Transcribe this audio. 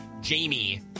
Jamie